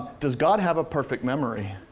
does god have a perfect memory?